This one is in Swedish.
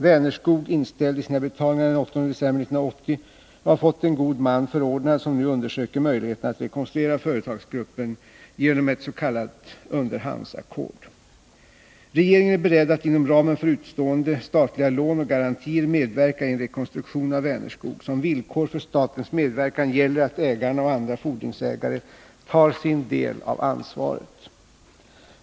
Vänerskog inställde sina betalningar den 8 december 1980 och har fått en god man förordnad som nu undersöker möjligheterna att rekonstruera företagsgruppen genom ett s.k. underhandsackord. Regeringen är beredd att inom ramen för utestående statliga lån och garantier medverka i en rekonstruktion av Vänerskog. Som villkor för statens medverkan gäller att ägarna och andra fordringsägare tar sin del av ansvaret.